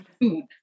food